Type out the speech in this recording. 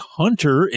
hunter